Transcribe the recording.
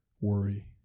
worry